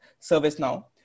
ServiceNow